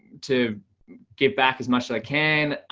to give back as much as i can.